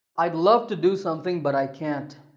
i'd love to do something but i can't.